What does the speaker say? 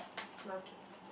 okay